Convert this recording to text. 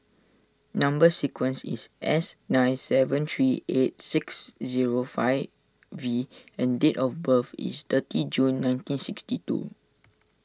Number Sequence is S nine seven three eight six zero five V and date of birth is thirty June nineteen sixty two